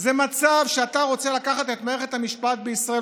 זה מצב שאתה רוצה לקחת את מערכת המשפט בישראל,